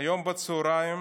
היום בצוהריים